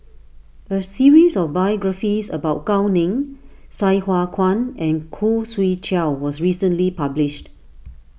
a series of biographies about Gao Ning Sai Hua Kuan and Khoo Swee Chiow was recently published